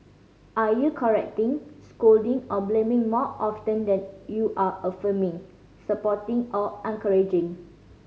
are you correcting scolding or blaming more often than you are affirming supporting or